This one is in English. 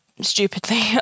stupidly